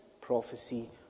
prophecy